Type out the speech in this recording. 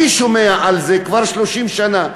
אני שומע על זה כבר 30 שנה.